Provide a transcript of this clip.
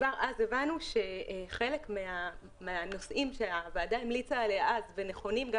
כבר אז הבנו שחלק מהנושאים שהוועדה המליצה עליהם אז ונכונים גם